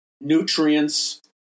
nutrients